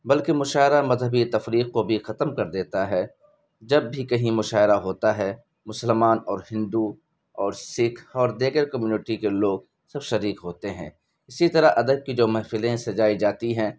بلکہ مشاعرہ مذہبی تفریق کو بھی ختم کر دیتا ہے جب بھی کہیں مشاعرہ ہوتا ہے مسلمان اور ہندو اور سکھ اور دیگر کمیونٹی کے لوگ سب شریک ہوتے ہیں اسی طرح ادب کی جو محفلیں سجائی جاتی ہیں